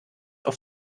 auf